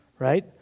Right